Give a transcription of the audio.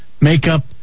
makeup